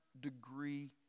degree